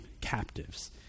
captives